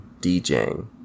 DJing